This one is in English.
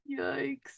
Yikes